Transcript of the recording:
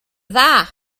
dda